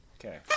Okay